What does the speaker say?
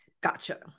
Gotcha